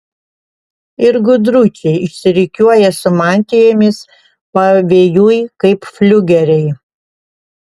ir gudručiai išsirikiuoja su mantijomis pavėjui kaip fliugeriai